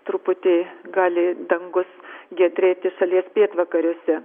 truputį gali dangus giedrėti šalies pietvakariuose